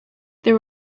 there